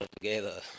together